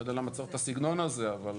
לא יודע למה צריך את הסגנון הזה, אבל